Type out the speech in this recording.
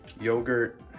Yogurt